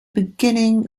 beginning